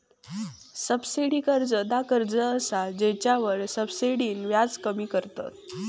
subsidy कर्ज ता कर्ज असा जेच्यावर सब्सिडीन व्याज कमी करतत